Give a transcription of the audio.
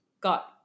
got